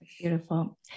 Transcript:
beautiful